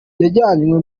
yajyanywe